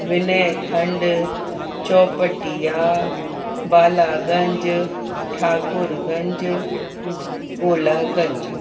Vinay Khand Chaupatiya Balaganj Thakurganj Golaganj